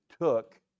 took